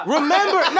Remember